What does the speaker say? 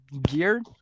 gear